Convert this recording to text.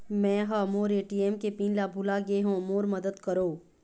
मै ह मोर ए.टी.एम के पिन ला भुला गे हों मोर मदद करौ